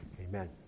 amen